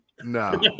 No